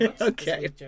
okay